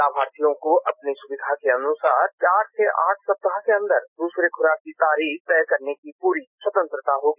लाभार्थियों को अपनी सुविधा के अनुसार चार से आठ सप्ताह के अंदर दूसरी खुराक की तारीख तय करने की पूरी स्वतंत्रता होगी